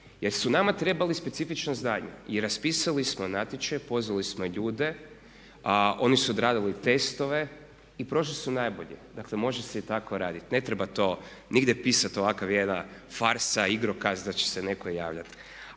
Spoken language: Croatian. jer su nama treba specifična znanja i raspisali smo natječaj, pozvali smo ljude a oni su odradili testove i prošli su najbolji, dakle može se i tako raditi. Ne treba to nigdje pisati ovakav jedna farsa, igrokaz da će se netko javljati.